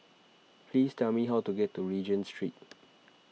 please tell me how to get to Regent Street